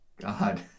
God